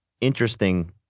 interesting